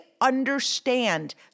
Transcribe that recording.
understand